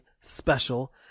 special